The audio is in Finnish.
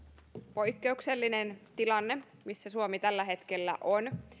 poikkeuksellinen tilanne missä suomi tällä hetkellä on